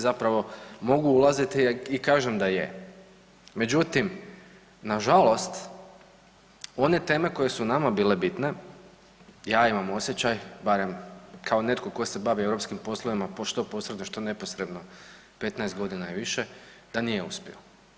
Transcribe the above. Zapravo mogu ulaziti i kažem da je, međutim nažalost one teme koje su nama bile bitne, ja imam osjećaj barem kao netko tko se bavi europskim poslovima što posredno što neposredno 15 godina i više da nije uspio.